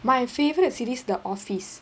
my favourite series the office